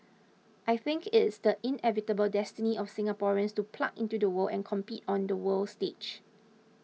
I think it's the inevitable destiny of Singaporeans to plug into the world and compete on the world stage